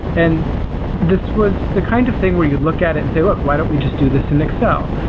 and this was the kind of thing where you look at it and say, look, why don't we just do this in excel?